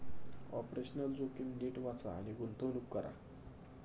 operational जोखीम नीट वाचा आणि गुंतवणूक करा